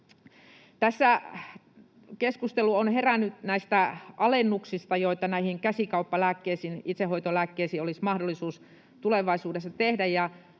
keskustelu näistä alennuksista, joita näihin käsikauppalääkkeisiin, itsehoitolääkkeisiin, olisi mahdollisuus tulevaisuudessa tehdä,